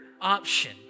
option